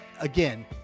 again